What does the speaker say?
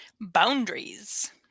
Boundaries